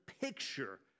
picture